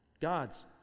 God's